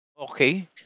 Okay